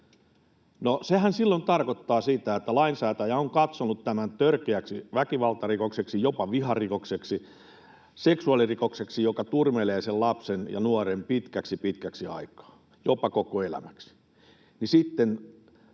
sehän silloin tarkoittaa sitä, että lainsäätäjä on katsonut tämän törkeäksi väkivaltarikokseksi, jopa viharikokseksi, seksuaalirikokseksi, joka turmelee sen lapsen ja nuoren pitkäksi, pitkäksi aikaa, jopa koko elämäksi,